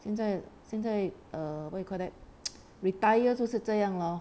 现在现在 err what you call that retire 就是这样咯